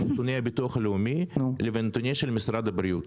נתוני הביטוח הלאומי לבין הנתונים של משרד הבריאות.